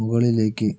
മുകളിലേക്ക്